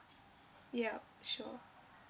yup sure